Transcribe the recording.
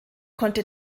konnte